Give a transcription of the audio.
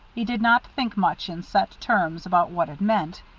he did not think much in set terms about what it meant,